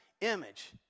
image